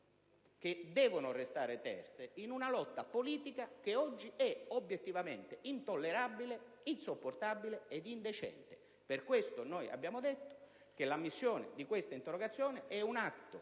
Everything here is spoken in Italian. che devono restare terze, in una lotta politica che oggi è obiettivamente intollerabile, insopportabile ed indecente. Per tali ragioni, noi abbiamo detto che l'ammissione di questa interrogazione è un atto